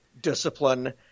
discipline